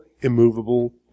immovable